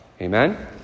Amen